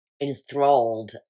enthralled